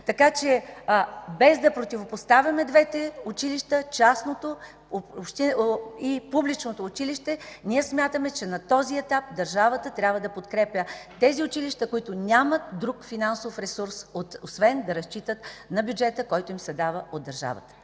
страната. Без да противопоставяме двете училища – частното и публичното, ние смятаме, че на този етап държавата трябва да подкрепя училищата, които нямат друг финансов ресурс освен да разчитат на бюджета, който им се дава от държавата.